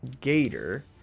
Gator